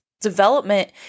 development